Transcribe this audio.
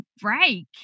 break